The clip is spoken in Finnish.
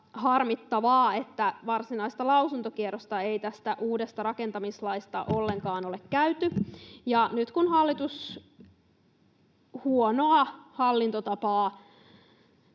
että varsinaista lausuntokierrosta ei tästä uudesta rakentamislaista ollenkaan ole käyty, ja nyt kun hallitus huonoa hallintotapaa